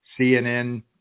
CNN